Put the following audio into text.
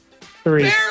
Three